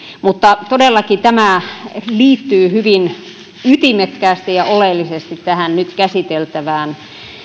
mutta todellakin tämä liittyy hyvin ytimekkäästi ja oleellisesti tähän nyt käsiteltävään